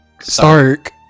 Stark